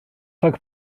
rhag